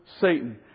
Satan